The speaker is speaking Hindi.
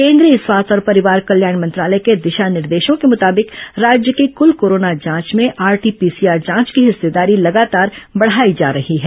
केंद्रीय स्वास्थ्य और परिवार कल्याण मंत्रालय के दिशा निर्देशों के मुताबिक राज्य की कल कोरोना जांच में आरटी पीसीआर जांच की हिस्सेदारी लगातार बढ़ाई जा रही है